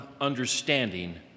understanding